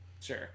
sure